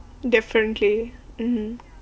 different 'kay mmhmm